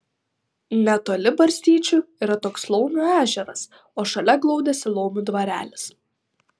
netoli barstyčių yra toks laumių ežeras o šalia glaudėsi laumių dvarelis